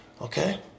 Okay